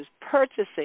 purchasing